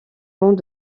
bandes